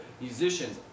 musicians